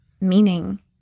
meaning